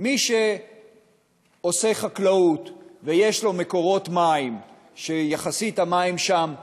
מי שעושה חקלאות ויש לו מקורות מים שיחסית המים שם זולים,